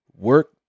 work